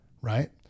Right